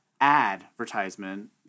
advertisement